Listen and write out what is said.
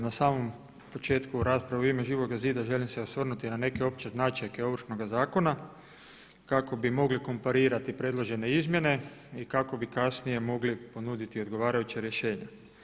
Na samom početku rasprave u ime Živoga zida želim se osvrnuti na neke opće značajke ovršnoga zakona kako bi mogli komparirati predložene izmjene i kako bi kasnije mogli ponuditi odgovarajuća rješenja.